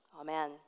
Amen